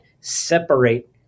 separate